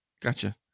gotcha